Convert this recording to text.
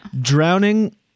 Drowning